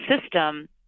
system